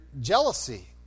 jealousy